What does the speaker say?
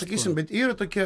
sakysim bet yra tokie